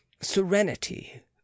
serenity